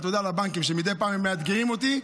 תודה גם לבנקים, שמדי פעם מאתגרים אותי.